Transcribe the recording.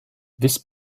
this